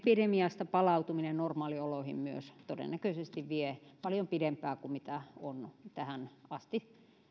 epidemiasta palautuminen normaalioloihin myös todennäköisesti vie paljon pidempään kuin mitä on tähän asti